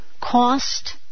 cost